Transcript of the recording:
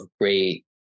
great